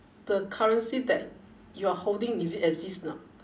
the currency that you are holding is it exist or not